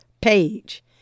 page